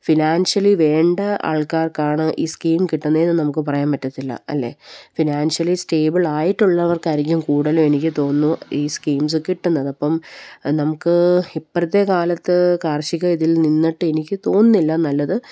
financially വേണ്ട ആൾക്കാർക്കാണ് ഈ സ്കീം കിട്ടുന്നതെന്നും നമുക്ക് പറയാൻ പറ്റില്ല അല്ലേ ഫിനാൻഷ്യലി സ്റ്റേബിളായിട്ടുള്ളവർക്കായിരിക്കും കൂടുതലും എനിക്ക് തോന്നുന്നു ഈ സ്കീംസ് കിട്ടുന്നത് അപ്പം നമുക്ക് ഇപ്പോഴത്തെക്കാലത്ത് കാർഷിക ഇതിൽ നിന്നിട്ട് എനിക്ക് തോന്നുന്നില്ല നല്ലത്